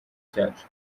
cyacu